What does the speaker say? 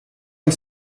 and